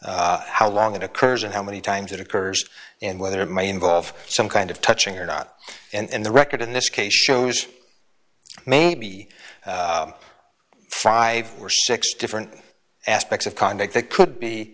how long it occurs and how many times it occurs and whether it may involve some kind of touching or not and the record in this case shows maybe five or six different aspects of conduct that could